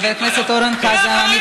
חבר הכנסת אורן חזן,